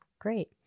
Great